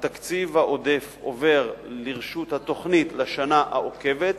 התקציב העודף עובר לרשות התוכנית לשנה העוקבת,